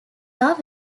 are